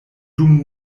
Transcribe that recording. dum